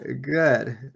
good